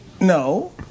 no